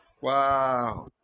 Wow